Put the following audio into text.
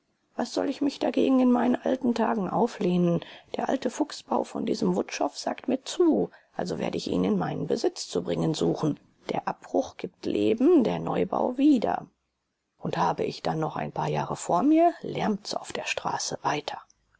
was soll ich mich dagegen in meinen alten tagen auflehnen der alte fuchsbau von diesem wutschow sagt mir zu also werde ich ihn in meinen besitz zu bringen suchen der abbruch gibt leben der neubau wieder und habe ich dann noch ein paar jahre vor mir lärmt's auf der straße weiter